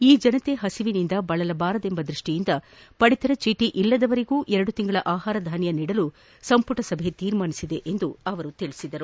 ಈ ಜನತೆ ಹಸಿವಿನಿಂದ ಬಳಲಬಾರದೆಂಬ ದೃಷ್ಟಿಯಿಂದ ಪಡಿತರ ಚೀಟಿ ಇಲ್ಲದವರಿಗೂ ಎರಡು ತಿಂಗಳ ಆಹಾರಧಾನ್ಯ ನೀಡಲು ಸಂಪುಟ ಸಭೆ ತೀರ್ಮಾನಿಸಿದೆ ಎಂದು ಅವರು ತಿಳಿಸಿದರು